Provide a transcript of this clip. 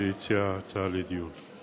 שהציע הצעה לדיון,